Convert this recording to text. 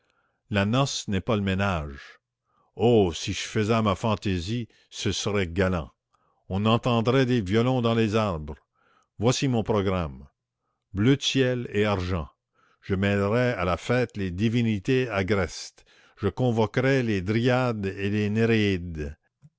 la noce n'est pas le ménage oh si je faisais à ma fantaisie ce serait galant on entendrait des violons dans les arbres voici mon programme bleu de ciel et argent je mêlerais à la fête les divinités agrestes je convoquerais les dryades et les